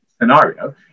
scenario